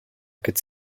could